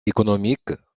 économiques